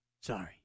Sorry